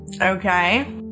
Okay